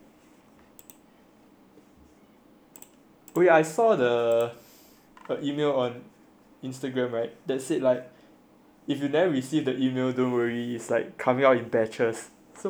oh ya I saw the the email on instagram [right] then said like if you didn't receive the email then don't worry it's like coming out in batches so maybe you're like the last batch